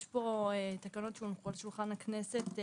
יש פה תקנות שהונחו על שולחן הכנסת,